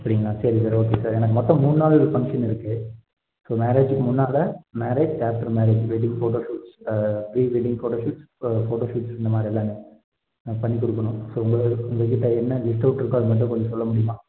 அப்படிங்களா சரி sir okay sir எனக்கு மொத்தம் மூணு நாள் இது ஃபங்க்ஷன் இருக்குது ஸோ மேரேஜுக்கு முன்னால் marriage after marriage wedding photo shoots pre wedding photo shoots photo shoots இந்த மாதிரி எல்லாமே பண்ணி கொடுக்கணும் ஸோ உங்களோடய இந்த இதுக்கு என்ன லிஸ்ட்அவுட் இருக்கோ அதை மட்டும் கொஞ்சம் சொல்ல முடியுமா